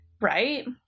right